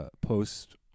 post